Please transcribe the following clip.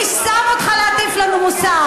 מי שם אותך להטיף לנו מוסר?